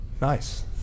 Nice